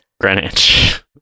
Greenwich